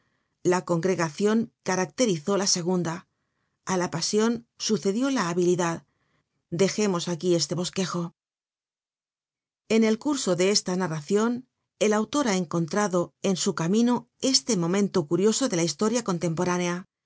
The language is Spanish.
la congregacion caracterizó la segunda a la pasion sucedió la habilidad dejemos aquí este bosquejo en el curso de esta narracion el autor ha encontrado en su camino este momento curioso de la historia contemporánea